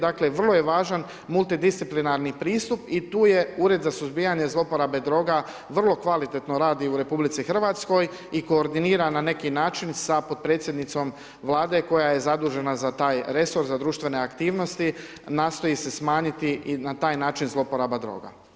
Dakle, vrlo je važan multidisciplinaran pristup i tu je Ured za suzbijanje zlouporabe droga vrlo kvalitetno radi u RH i koordinira na neki način sa potpredsjednicom Vladom koja je zadužena za taj resor, za društvene aktivnosti, nastoji se smanjiti i na taj način zlouporaba droga.